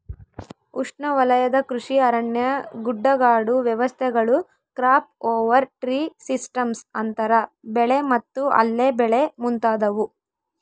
ಉಷ್ಣವಲಯದ ಕೃಷಿ ಅರಣ್ಯ ಗುಡ್ಡಗಾಡು ವ್ಯವಸ್ಥೆಗಳು ಕ್ರಾಪ್ ಓವರ್ ಟ್ರೀ ಸಿಸ್ಟಮ್ಸ್ ಅಂತರ ಬೆಳೆ ಮತ್ತು ಅಲ್ಲೆ ಬೆಳೆ ಮುಂತಾದವು